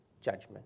judgment